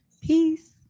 Peace